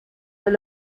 were